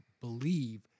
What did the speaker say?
believe